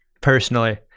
personally